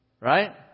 Right